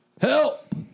Help